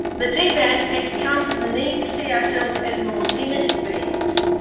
the deep aspects come from the need to see ourselves as more limited beings,